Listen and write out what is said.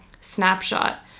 snapshot